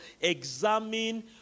Examine